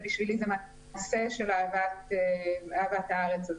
בשבילי זה מעשה של אהבת הארץ הזאת.